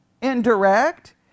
indirect